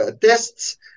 tests